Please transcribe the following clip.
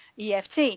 EFT